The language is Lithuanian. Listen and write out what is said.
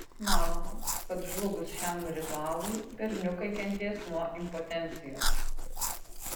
manoma kad žlugus šiam ritualui berniukai kentės nuo impotencijos